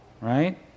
right